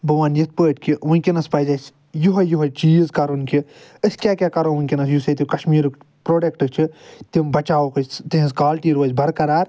بہٕ وَنہٕ یِتھ پٲٹھۍ کہِ وُنٛکیٚس پَزِ اسہِ یُہوے یُہوے چیٖز کَرُن کہِ أسۍ کیٛاہ کیٛاہ کرو وُنٛکیٚس یُس ییٚتیٛک کَشمیٖرُک پرٛوڈَکٹ چھُ تِم بَچاوہوکھ أسۍ تِہنٛز کوالٹی روزِ بَرقرار